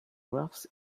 graphs